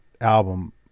album